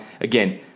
again